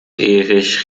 erich